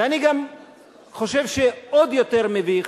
ואני גם חושב שעוד יותר מביך,